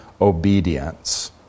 obedience